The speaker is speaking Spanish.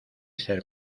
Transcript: ser